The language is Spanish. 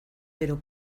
pero